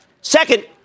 Second